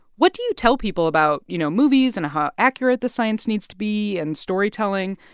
what do you tell people about, you know, movies and how accurate the science needs to be and storytelling?